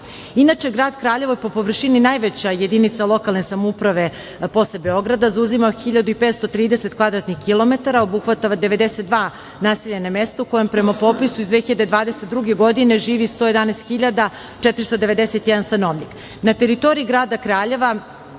Inače, grad Kraljevo je po površini najveća jedinica lokalne samouprave, posle Beograda, zauzima 1.530 kvadratnih kilometara, obuhvata 92 naseljena mesta u kojem prema popisu iz 2022. godine živi 111.491 stanovnik. Na teritoriji grada Kraljeva